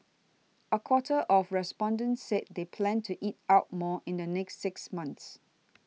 a quarter of respondents said they plan to eat out more in the next six months